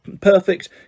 perfect